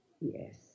Yes